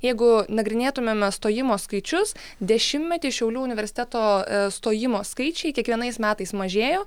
jeigu nagrinėtumėme stojimo skaičius dešimtmetį šiaulių universiteto stojimo skaičiai kiekvienais metais mažėjo